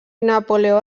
napoleó